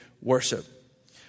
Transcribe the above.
worship